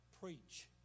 preach